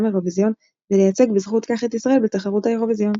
אירוויזיון ולייצג בזכות כך את ישראל בתחרות האירוויזיון.